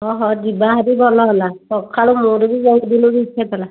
ହଁ ହଁ ଯିବାହାରି ଭଲ ହେଲା ସକାଳୁ ମୋର ବି ବହୁତ ଦିନରୁ ଇଚ୍ଛା ଥିଲା